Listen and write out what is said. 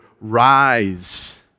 rise